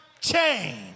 change